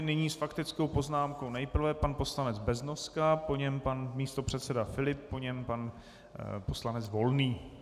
Nyní s faktickou poznámkou nejprve pan poslanec Beznoska, po něm pan místopředseda Filip, po něm pan poslanec Volný.